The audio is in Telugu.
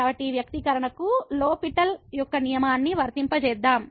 కాబట్టి ఈ వ్యక్తీకరణకు లో పిటెల్ L'Hospital యొక్క నియమాన్ని వర్తింపజేద్దాం